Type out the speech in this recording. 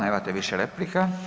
Nemate više replika.